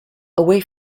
away